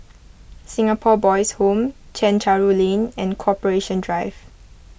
Singapore Boys' Home Chencharu Lane and Corporation Drive